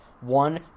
one